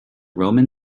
roman